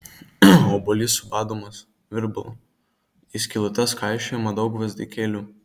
obuolys subadomas virbalu į skylutes kaišiojama daug gvazdikėlių